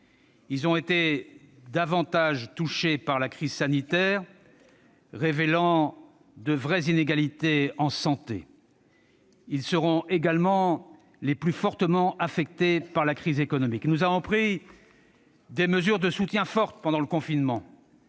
Ils ont été davantage que les autres touchés par la crise sanitaire, ce qui révèle de véritables inégalités en matière de santé. Ils seront également les plus fortement affectés par la crise économique. « Nous avons pris des mesures de soutien fortes pendant le confinement